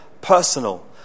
personal